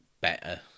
better